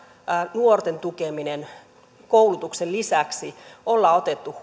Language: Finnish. nuorten tukeminen koulutuksen lisäksi ollaan otettu